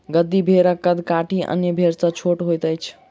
गद्दी भेड़क कद काठी अन्य भेड़ सॅ छोट होइत अछि